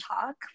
talk